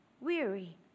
weary